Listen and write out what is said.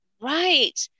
Right